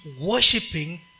worshipping